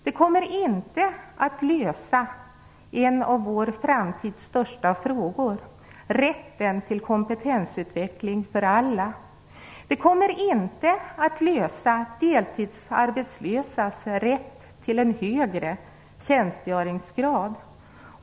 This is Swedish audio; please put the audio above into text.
Det kommer inte att lösa en av vår framtids största frågor, nämligen rätten till kompetensutveckling för alla. Det kommer inte att lösa frågan med deltidsarbetslösas rätt till en högre tjänstgöringsgrad.